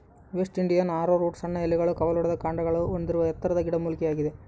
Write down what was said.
West Indian arrowroot ಸಣ್ಣ ಎಲೆಗಳು ಕವಲೊಡೆದ ಕಾಂಡವನ್ನು ಹೊಂದಿರುವ ಎತ್ತರದ ಗಿಡಮೂಲಿಕೆಯಾಗಿದೆ